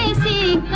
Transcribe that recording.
see